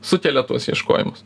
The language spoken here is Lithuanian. sukelia tuos ieškojimus